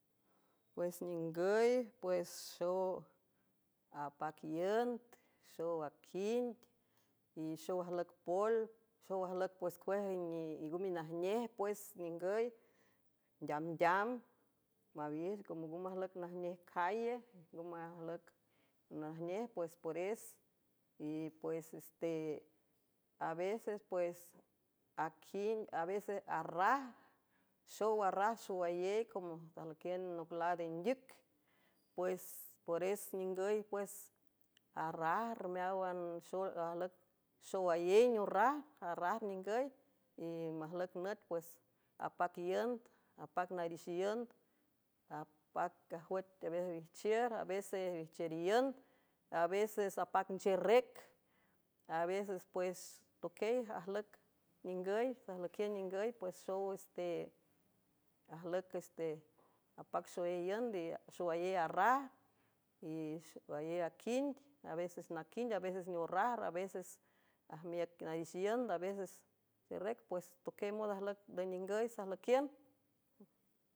Pues ningüy pues xapac iünd xow aquind y xow ajlüc poel xow ajlüc pues cuejii nguminajnej pues ningüy ndeamdeamb mawin come nga majlüc najnej calle ngome ajlüc najnej pues pores ueaecspues a veces arraj xow arraj xowayey come sajlüquiün noclaadendüc pues por es ningüy pues arrar meáwan ajlüc xow aénorrar arrajr ningüy y majlüc nüt pues apac iünd apac narixiünd pac ajwüetavej wijchiür a veces wijchiür iünd a veces apac ncherrec a veces pues toquie ajlüc ningüy sajlüquiün ningüy pues xowteajlüc üs te apac xowéy iünd y xowayéy arraj yayey aquind a veces naquind a veces neorrajr a veces ajmiüc narix iünd a veces cerrec pues toquiey mod ajlücnde ningüy sajlüquiün.